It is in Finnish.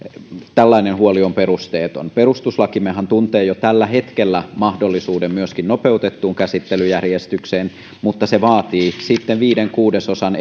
tällainen huoli on perusteeton perustuslakimmehan tuntee jo tällä hetkellä mahdollisuuden myöskin nopeutettuun käsittelyjärjestykseen mutta se vaatii sitten viiden kuudesosan